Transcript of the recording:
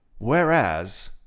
Whereas